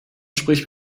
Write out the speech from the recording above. spricht